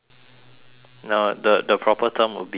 now the the proper term would be faeces